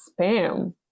spam